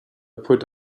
put